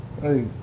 Hey